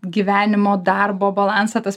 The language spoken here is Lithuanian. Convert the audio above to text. gyvenimo darbo balansą tas